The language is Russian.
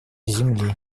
земли